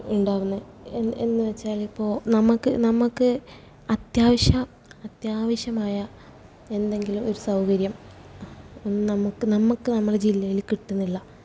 ഉണ്ടാകുന്നു എന്നു വെച്ചാലിപ്പോൾ നമുക്ക് നമുക്ക് അത്യാവശ്യം അത്യാവശ്യമായ എന്തെങ്കിലും ഒരു സൗകര്യം നമുക്ക് നമുക്ക് നമ്മുടെ ജില്ലയിൽ കിട്ടുന്നില്ല